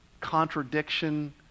contradiction